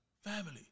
Family